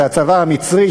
הצבא המצרי,